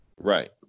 Right